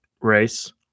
race